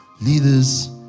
leaders